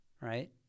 right